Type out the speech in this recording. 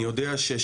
אני יודע ששב"ס,